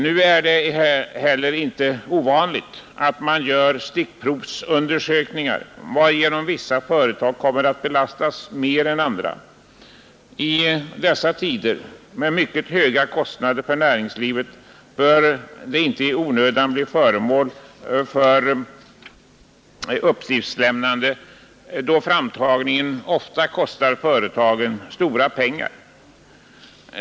Nu är det heller inte ovanligt att man gör stickprovsundersökningar, varigenom vissa företag kommer att belastas mer än andra. I dessa tider med mycket höga kostnader för näringslivet bör det inte i onödan bli fråga om uppgiftslämnande, då framtagningen ofta kostar företagen stora pengar.